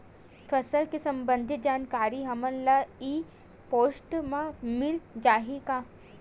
फसल ले सम्बंधित जानकारी हमन ल ई पोर्टल म मिल जाही का?